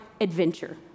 adventure